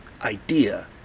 idea